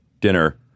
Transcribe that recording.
dinner